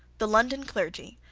the london clergy,